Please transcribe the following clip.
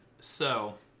so